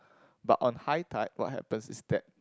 but on high tide what happens is that